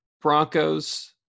Broncos